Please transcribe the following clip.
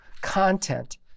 Content